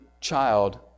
child